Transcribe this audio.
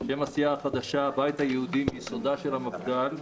שם הסיעה החדשה: הבית היהודי מיסודה של המפד"ל.